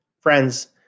Friends